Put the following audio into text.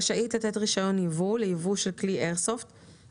רשאית לתת רישיון ייבוא לייבוא של כלי איירסופט